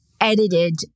edited